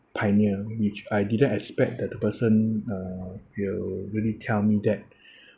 pioneer which I didn't expect that the person uh will really tell me that